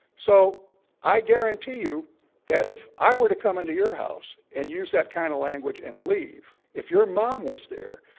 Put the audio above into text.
so i guarantee you that if i were to come into your house and use that kind of language and leave, if your mom was there,